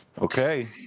Okay